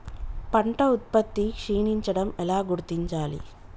పంట ఉత్పత్తి క్షీణించడం ఎలా గుర్తించాలి?